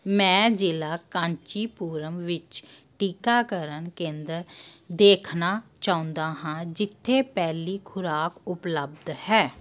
ਮੈਂ ਜ਼ਿਲ੍ਹਾ ਕਾਂਚੀ ਪੁਰਮ ਵਿੱਚ ਟੀਕਾਕਰਨ ਕੇਂਦਰ ਦੇਖਣਾ ਚਾਹੁੰਦਾ ਹਾਂ ਜਿੱਥੇ ਪਹਿਲੀ ਖੁਰਾਕ ਉਪਲੱਬਧ ਹੈ